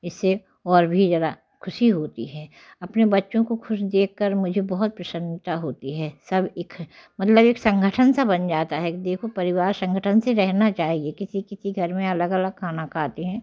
इससे और भी ज़्यादा खुशी होती है अपने बच्चों को खुश देख कर मुझे बहुत प्रसन्नता होती है सब एक मतलब एक संगठन सा बन जाता है कि देखो परिवार संगठन से रहना चाहिए किसी किसी घर में अलग अलग खाना खाते हैं